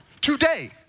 today